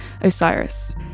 Osiris